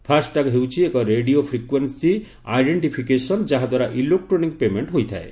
FASTag ହେଉଛି ଏକ radio frequency identification ଯାହାଦ୍ୱାରା ଇଲୋକ୍ଟ୍ରୋନିକ ପେମେଣ୍ଟ୍ ହୋଇଥାଏ